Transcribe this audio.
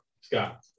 Scott